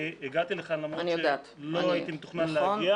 אני הגעתי לכאן למרות שלא הייתי מתוכנן להגיע.